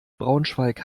braunschweig